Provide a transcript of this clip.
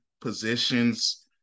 positions